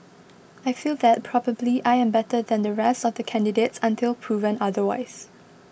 I feel that probably I am better than the rest of the candidates until proven otherwise